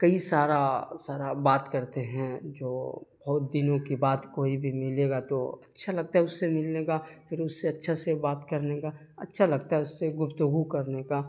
کئی سارا سارا بات کرتے ہیں جو بہت دنوں کے بعد کوئی بھی ملے گا تو اچھا لگتا ہے اس سے ملنے کا پھر اس سے اچھا سے بات کرنے کا اچھا لگتا ہے اس سے گفتگو کرنے کا